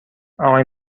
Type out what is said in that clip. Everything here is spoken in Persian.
آقای